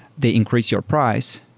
they increase your price.